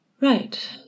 Right